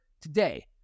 today